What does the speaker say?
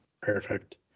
Perfect